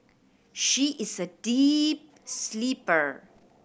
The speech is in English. she is a deep sleeper